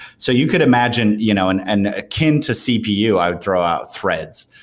so you could imagine you know and and akin to cpu, i would throw out threads,